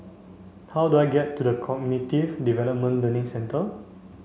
how do I get to the Cognitive Development Learning Centre